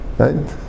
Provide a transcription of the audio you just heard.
right